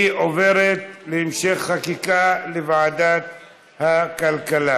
היא עוברת להמשך חקיקה לוועדת הכלכלה.